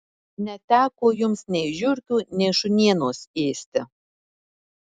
neteko jums nei žiurkių nei šunienos ėsti